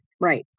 Right